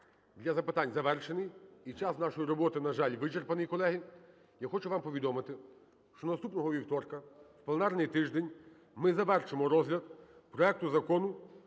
для запитань завершений, і час нашої роботи, на жаль, вичерпаний, колеги. Я хочу вам повідомити, що наступного вівторка в пленарний тиждень ми завершимо розгляд проекту Закону